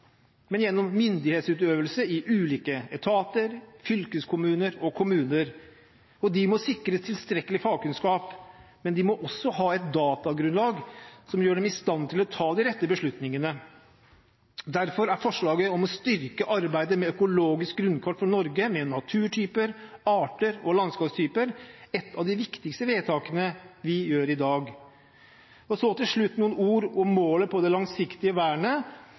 men gjennom myndighetsutøvelse i ulike etater, fylkeskommuner og kommuner. De må sikres tilstrekkelig fagkunnskap, men de må også ha et datagrunnlag som gjør dem i stand til å ta de rette beslutningene. Derfor er forslaget om å styrke arbeidet med økologisk grunnkart for Norge med naturtyper, arter og landskapstyper et av de viktigste vedtakene vi gjør i dag. Så til slutt noen ord om målet for det langsiktige vernet